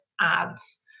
ads